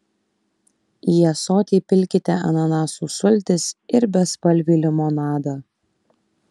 į ąsotį pilkite ananasų sultis ir bespalvį limonadą